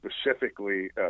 specifically